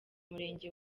murenge